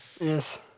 yes